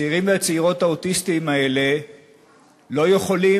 הצעירים והצעירות האוטיסטים האלה לא יכולים